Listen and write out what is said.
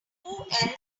who